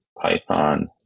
Python